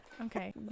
Okay